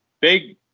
big